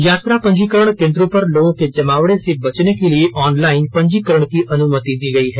यात्रा पंजीकरण केन्द्रों पर लोगों के जमावड़े से बचने के लिए ऑनलाइन पंजीकरण की अनुमति दी गई है